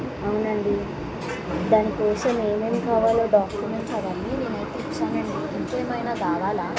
అవునండి దానికోసం ఏమేం కావాలో డాక్యుమెంట్స్ అవన్నీ నేను అయితే ఇచ్చాను అండి ఇంకా ఏమైనా కావాలా